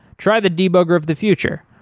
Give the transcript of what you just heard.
try the debugger of the future.